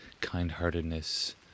kind-heartedness